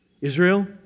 Israel